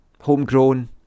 homegrown